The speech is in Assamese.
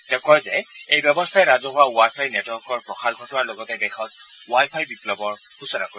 তেওঁ কয় যে এই ব্যৱস্থাই ৰাজহুৱা ৱাই ফাই নেটৱৰ্কৰ প্ৰসাৰ ঘটোৱাৰ লগতে দেশত ৱাই ফাই বিপ্লৱৰ সূচনা কৰিব